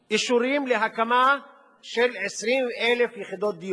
אישורים להקמה של 20,000 יחידות דיור.